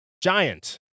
giant